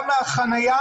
גם החנייה,